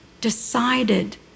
decided